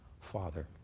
Father